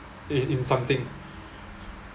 in in something